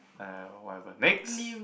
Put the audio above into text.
uh whatever next